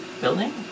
building